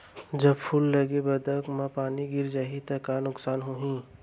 जब फूल लगे बखत म पानी गिर जाही त का नुकसान होगी?